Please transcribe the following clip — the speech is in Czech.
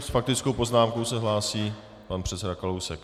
S faktickou poznámkou se hlásí pan předseda Kalousek.